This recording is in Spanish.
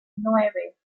nueve